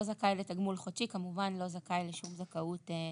זכאי לתגמול חודשי כמובן שלא זכאי לשום זכאות נוספת.